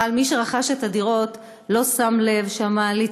אבל מי שרכש את הדירות לא שם לב שהמעלית